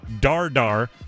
Dardar